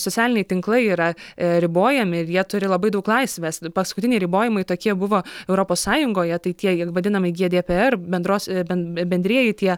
socialiniai tinklai yra ribojami ir jie turi labai daug laisvės paskutiniai ribojimai tokie buvo europos sąjungoje tai tie jie vadinami gie dė pė er bendros bendrieji tie